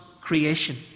creation